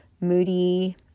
moody